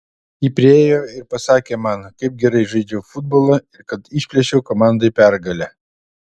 ji priėjo ir pasakė man kaip gerai žaidžiau futbolą ir kad išplėšiau komandai pergalę